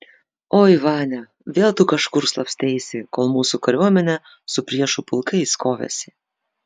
oi vania vėl tu kažkur slapsteisi kol mūsų kariuomenė su priešų pulkais kovėsi